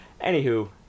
Anywho